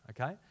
okay